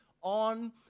on